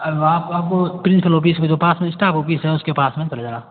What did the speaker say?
अगर आप आपको तो पास में स्टाफ ऑफिस है उसके पास में चले जाना